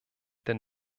denn